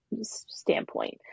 standpoint